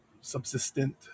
subsistent